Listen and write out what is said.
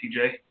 TJ